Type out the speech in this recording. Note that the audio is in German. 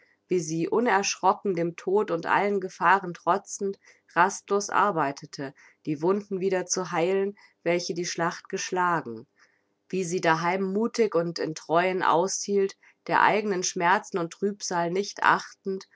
wie sie unerschrocken dem tod und allen gefahren trotzend rastlos arbeitete die wunden wieder zu heilen welche die schlacht geschlagen wie sie daheim muthig und in treuen aushielt der eignen schmerzen und trübsal nicht achtend